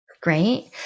Great